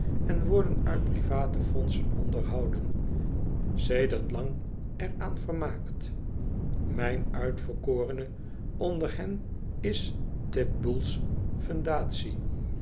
en worden uit private fondsen onderhouden sedert lang er aan vermaakt mijn uitverkorene onder hen is titbull's